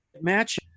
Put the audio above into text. match